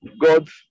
God's